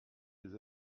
des